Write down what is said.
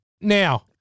Now